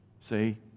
see